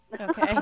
Okay